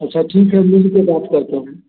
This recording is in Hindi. अच्छा ठीक है मिल के बात करते हैं